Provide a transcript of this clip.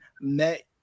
met